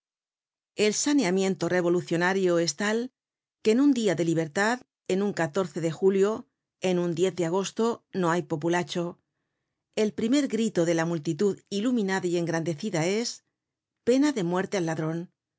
el saneamiento revolucionario es tal que en un dia de libertad en un de julio en un de agosto no hay populacho el primer grito de la multitud iluminada y engrandecida es pena de muerte al ladron